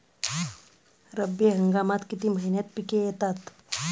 रब्बी हंगामात किती महिन्यांत पिके येतात?